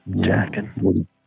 jacking